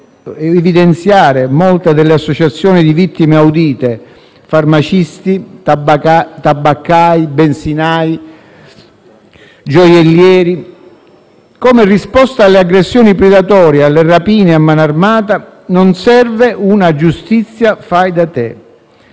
inutilmente molte delle associazioni di vittime audite - farmacisti, tabaccai, benzinai, gioiellieri - come risposta alle aggressioni predatorie e alle rapine a mano armata serve non una giustizia fai da te,